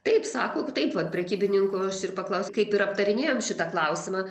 taip sako taip vat prekybininkų aš ir paklaus kaip ir aptarinėjom šitą klausimą